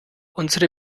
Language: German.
unsere